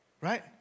right